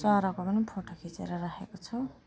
चराको पनि फोटो खिचेर राखेको छु